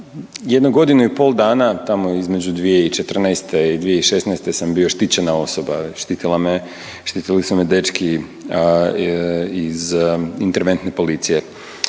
Jedno godinu i pol dana tamo između 2014. i 2016. sam bio štićena osoba, štitili su me dečki iz interventne policije